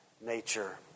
nature